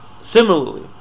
Similarly